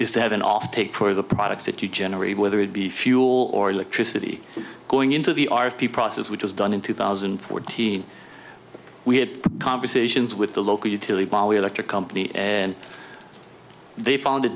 is to have an off take for the products that you generate whether it be fuel or electricity going into the r p process which was done in two thousand and fourteen we had conversations with the local utility bioelectric company and they found